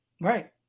Right